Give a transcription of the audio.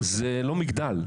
זה לא מגדל.